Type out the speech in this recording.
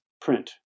print